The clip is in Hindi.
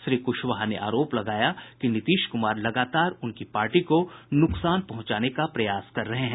श्री कुशवाहा ने आरोप लगाया कि नीतीश कुमार लगातार उनकी पार्टी को नुकसान पहुंचाने का प्रयास कर रहे हैं